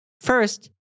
First